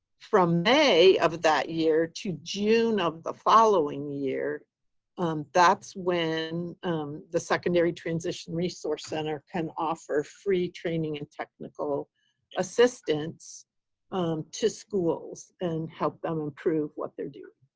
from may of that year, to june of the following year that's when the secondary transition resource center can offer free training and technical assistance to schools and help them improve what they're doing.